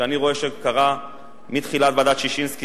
שאני רואה שקרה מתחילת עבודת ועדת-ששינסקי